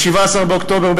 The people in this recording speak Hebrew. ב-12 באוקטובר,